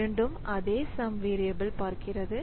இரண்டும் அதே sum variable பார்க்கிறது